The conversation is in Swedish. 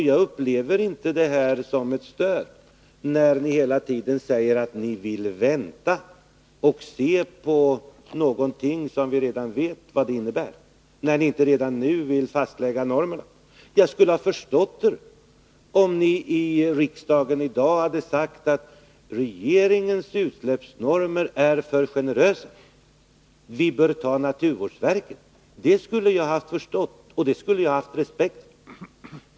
Jag upplever inte det som ett stöd, när ni hela tiden säger att ni vill vänta på någonting som vi redan vet vad det innebär, när ni inte redan nu vill fastlägga normerna. Jag skulle ha förstått er, om ni i riksdagen i dag hade sagt att regeringens utsläppsnormer är för generösa och att vi i stället bör välja naturvårdsverkets. Det skulle jag ha haft förståelse och respekt för.